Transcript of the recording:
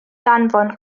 danfon